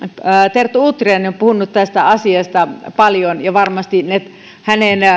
terttu utriainen on puhunut tästä asiasta paljon ja varmasti ne hänen